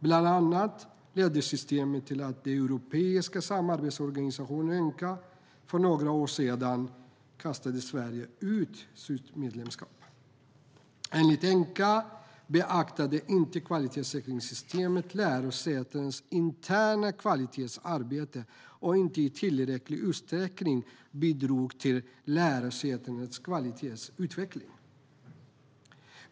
Bland annat ledde systemet till att den europeiska samarbetsorganisationen ENQA för några år sedan kastade ut Sverige ur organisationen. Enligt ENQA beaktade kvalitetssäkringssystemet inte lärosätenas interna kvalitetsarbete, och det bidrog inte i tillräcklig utsträckning till lärosätenas kvalitetsutveckling.